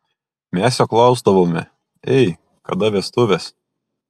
mes jo klausdavome ei kada vestuvės